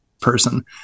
person